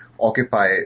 occupy